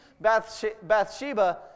Bathsheba